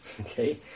okay